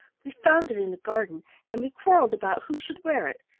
we found it in the garden and we quarrelled about who should wear it,